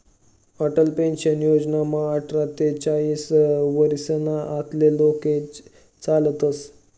Atal pension योजनामा आठरा ते चाईस वरीसना आतला लोके चालतस